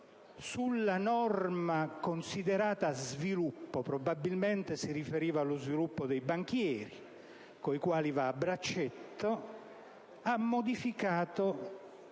nella norma considerata sviluppo - probabilmente si riferiva allo sviluppo dei banchieri con i quali va a braccetto - ha modificato